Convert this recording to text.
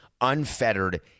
unfettered